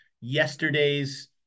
yesterday's